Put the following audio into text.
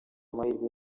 amahirwe